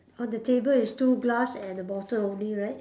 on the table is two glass and a bottle only right